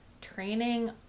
Training